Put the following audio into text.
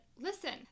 listen